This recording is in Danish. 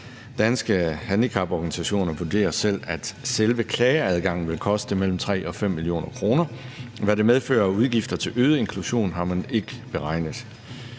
Danske Handicaporganisationer vurderer selv, at selve klageadgangen vil koste mellem 3 mio. og 5 mio. kr., og hvad det medfører af udgifter til øget inklusion, har man ikke beregnet.